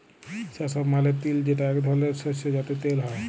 সেসম মালে তিল যেটা এক ধরলের শস্য যাতে তেল হ্যয়ে